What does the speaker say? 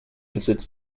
besitz